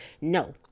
No